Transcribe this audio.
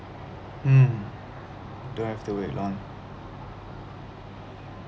mm don't have to wait long